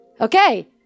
Okay